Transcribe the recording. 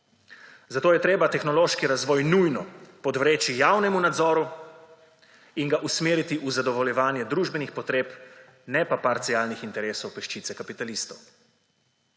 zato je treba tehnološki razvoj nujno podvreči javnemu nadzoru in ga usmeriti v zadovoljevanje družbenih potreb, ne pa parcialnih interesov peščice kapitalistov.